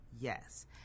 yes